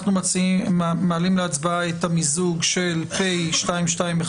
אנחנו מעלים להצבעה את המיזוג של פ/2217/24